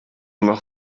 noch